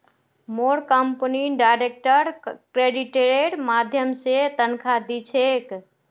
मोर company direct क्रेडिटेर माध्यम स तनख़ा दी छेक